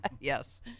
Yes